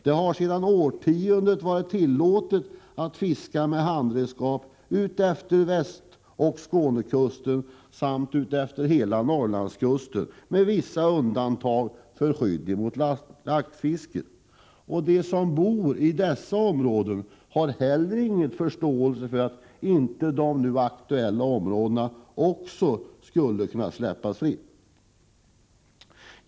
Det har sedan årtionden varit tillåtet att fiska med handredskap utefter västoch Skånekusten samt utefter hela Norrlandskusten — med vissa undantag för skydd av laxfisket. De som bor i dessa områden har heller ingen förståelse för åsikten att inte de aktuella områdena också skulle kunna släppas fria.